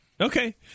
Okay